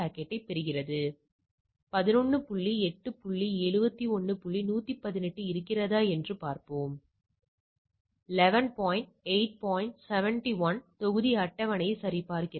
84 ஐப் பெற வேண்டும் எனவே இது உங்களுக்கு இதைத் தருகிறது இந்த CHI INVERSE கட்டளை உங்கள் அட்டவணையைப் போன்றது